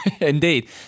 indeed